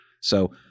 So-